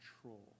control